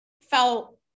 felt